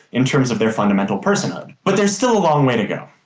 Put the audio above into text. in terms of their fundamental personhood. but there's still a long way to go.